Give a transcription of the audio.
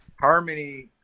Harmony